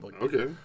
Okay